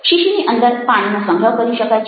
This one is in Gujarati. શીશીની અંદર પાણીનો સંગ્રહ કરી શકાય છે